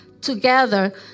together